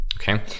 okay